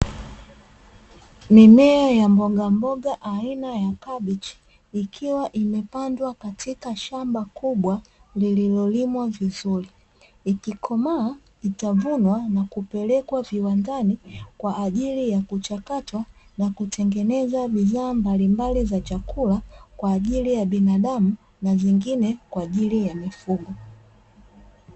Mimea aina kabichii ikiwa imepandwa katika shamba kubwa lililoliwa vizuri, ikikomaa itavunwa na kupelekwa viwandani kwa ajili ya kuchakatwa na kutengeneza bidhaa mbalimbali za chakula, kwa ajili ya binadamu na zingine kwa ajili ya mifugo.